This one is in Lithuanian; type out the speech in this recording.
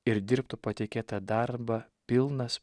ir dirbtų patikėtą darbą pilnas